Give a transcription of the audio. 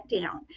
down